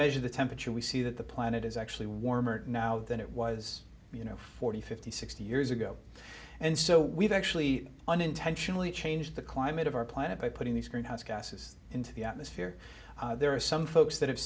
measure the temperature we see that the planet is actually warmer now than it was you know forty fifty sixty years ago and so we've actually unintentionally change the climate of our planet by putting these greenhouse gases into the atmosphere there are some folks that have